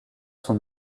son